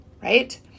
right